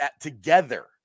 together